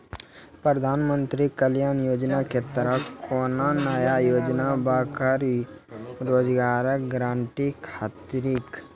प्रधानमंत्री कल्याण योजना के तहत कोनो नया योजना बा का रोजगार गारंटी खातिर?